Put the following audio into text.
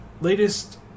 latest